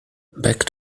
back